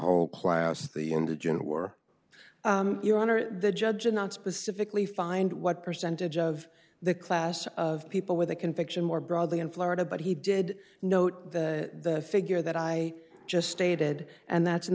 whole class the in the general war your honor the judge not specifically find what percentage of the class of people with a conviction more broadly in florida but he did note the figure that i just stated and that's in